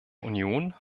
union